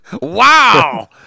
Wow